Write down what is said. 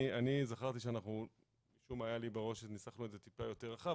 אני זכרתי שניסחנו את זה טיפה יותר רחב,